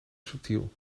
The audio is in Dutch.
subtiel